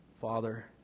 Father